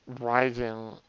rising